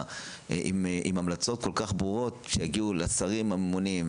עם המלצות כל כך ברורות שיגיעו לשרים הממונים,